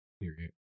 Period